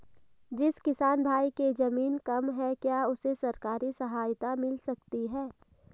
जिस किसान भाई के ज़मीन कम है क्या उसे सरकारी सहायता मिल सकती है?